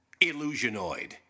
Illusionoid